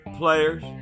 players